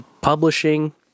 publishing